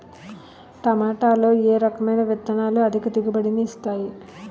టమాటాలో ఏ రకమైన విత్తనాలు అధిక దిగుబడిని ఇస్తాయి